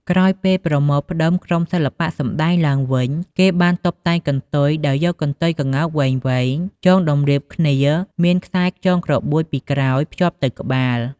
ក្រោយពេលប្រមូលផ្ដុំក្រុមសិល្បៈសម្ដែងឡើងវិញគេបានតុបតែងកន្ទុយដោយយកកន្ទុយក្ងោកវែងៗចងតម្រៀបគ្នាមានខ្សែចងក្របួចពីក្រោយភ្ជាប់ទៅក្បាល។